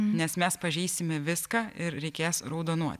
nes mes pažeisime viską ir reikės raudonuot